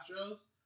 Astros